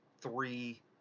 three